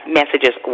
messages